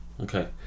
Okay